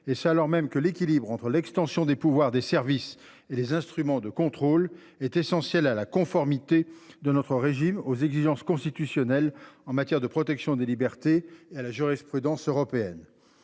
et cela alors même que l'équilibre entre l'extension des pouvoirs des services et les instruments de contrôle est essentiel à la conformité de notre régime aux exigences constitutionnelles en matière de protection des libertés et à la jurisprudence européenne.